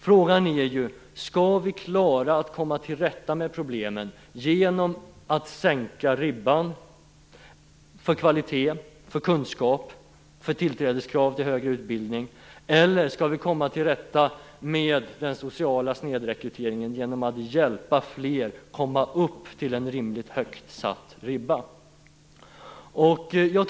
Frågan är ju: Skall vi klara att komma till rätta med problemen genom att sänka ribban när det gäller kvalitet, kunskap och tillträdeskrav till högre utbildning, eller skall vi komma till rätta med den sociala snedrekryteringen genom att hjälpa fler att komma upp till en rimligt högt satt ribba?